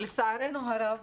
לצערנו הרב